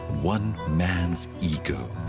one man's ego.